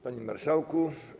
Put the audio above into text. Panie Marszałku!